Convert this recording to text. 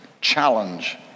challenge